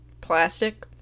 Plastic